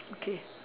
okay